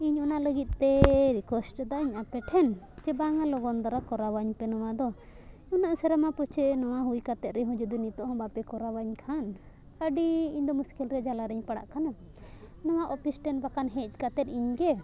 ᱤᱧ ᱚᱱᱟ ᱞᱟᱹᱜᱤᱫ ᱛᱮ ᱨᱤᱠᱩᱭᱮᱥᱴ ᱮᱫᱟᱹᱧ ᱟᱯᱮ ᱴᱷᱮᱱ ᱡᱮ ᱵᱟᱝᱼᱟ ᱞᱚᱜᱚᱱ ᱫᱷᱟᱨᱟ ᱠᱚᱨᱟᱣᱟᱹᱧ ᱯᱮ ᱱᱚᱣᱟ ᱫᱚ ᱩᱱᱟᱹᱜ ᱥᱮᱨᱢᱟ ᱯᱟᱪᱷᱮ ᱱᱚᱣᱟ ᱦᱩᱭ ᱠᱟᱛᱮᱫ ᱨᱮᱦᱚᱸ ᱡᱩᱫᱤ ᱱᱤᱛᱚᱜ ᱦᱚᱸ ᱵᱟᱯᱮ ᱠᱚᱨᱟᱣᱟᱹᱧ ᱠᱷᱟᱱ ᱟᱹᱰᱤ ᱤᱧ ᱫᱚ ᱢᱩᱥᱠᱤᱞ ᱨᱮ ᱡᱟᱞᱟ ᱨᱤᱧ ᱯᱟᱲᱟᱜ ᱠᱟᱱᱟ ᱱᱚᱣᱟ ᱚᱯᱷᱤᱥ ᱴᱷᱮᱱ ᱵᱟᱠᱷᱟᱱ ᱦᱮᱡ ᱠᱟᱛᱮ ᱤᱧ ᱜᱮ